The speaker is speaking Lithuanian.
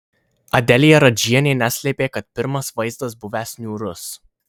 adelija radžienė neslėpė kad pirmas vaizdas buvęs niūrus